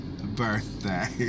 birthday